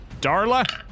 Darla